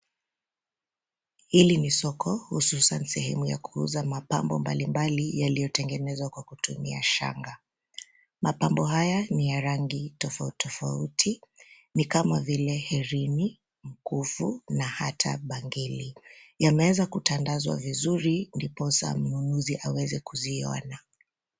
Hili ni soko hususan sehemu ya kuuza mapambo mbalimbali yaliyotengenezwa kwa kutumia shanga. Mapambo haya ni ya rangi tofauti tofauti, ni kama vile herini, mkufu na hata bangili. Yameweza kutandazwa vizuri ndiposa mnunuzi aweze kuziona.